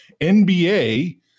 NBA